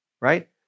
right